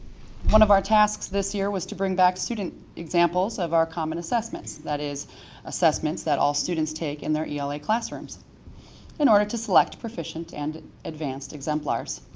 one of our tasks this year was to bring back student examples of our common assessments. that is assessments that all students take in their ela classrooms in order to select proficient and advanced exemplars.